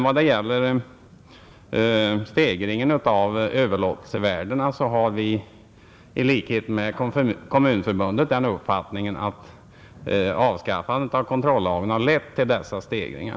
Vad gäller stegringen av överlåtelsevärdena har vi i likhet med Kommunförbundet den uppfattningen att avskaffandet av kontrollagen har lett till dessa stegringar.